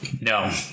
No